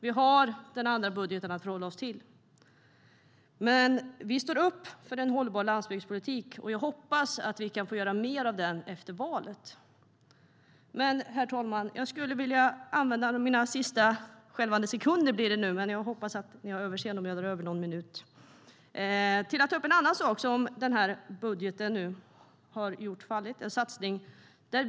Vi har den andra budgeten att förhålla oss till. Men vi står upp för en hållbar landsbygdspolitik, och jag hoppas att vi kan få göra mer av den efter valet. Herr talman! Jag skulle vilja använda resten av tiden - jag hoppas att ni har överseende om jag drar över någon minut - till att ta upp en annan sak som har fallit i och med den här budgeten.